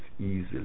easily